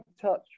touch